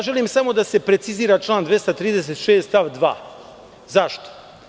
Želim da se samo precizira član 236. stav 2. Zašto?